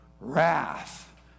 wrath